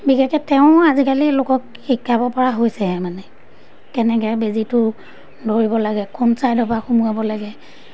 বিশেষকৈ তেওঁ আজিকালি লোকক শিকাব পৰা হৈছেহে মানে কেনেকৈ বেজীটো ধৰিব লাগে কোন চাইডৰপৰা সোমোৱাব লাগে